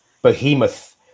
behemoth